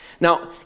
Now